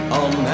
on